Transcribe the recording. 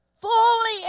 Fully